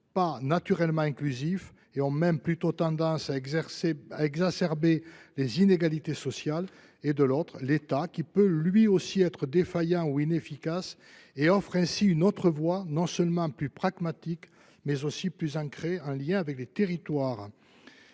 pas naturellement inclusifs et ont même plutôt tendance à exacerber les inégalités sociales, et, de l’autre, l’État, qui peut lui aussi être défaillant ou inefficace, et offrent ainsi une autre voie non seulement plus pragmatique, mais aussi plus ancrée, en lien avec les territoires.